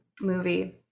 movie